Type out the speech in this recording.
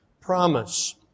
promise